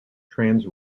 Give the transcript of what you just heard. trans